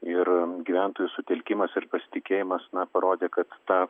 ir gyventojų sutelkimas ir pasitikėjimas na parodė kad tą